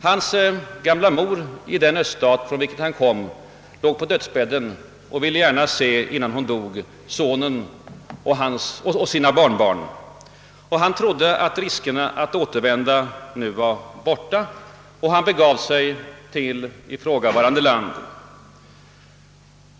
Hans gamla mor i den öststat från vilken han kom låg på dödsbädden och ville innan hon dog gärna se sonen och sina barnbarn. Han trodde att riskerna att återvända nu efter 25 år var borta och begav sig till ifrågavarande land.